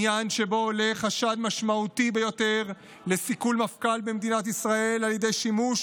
שבו עולה חשד משמעותי ביותר לסיכול מפכ"ל במדינת ישראל על ידי שימוש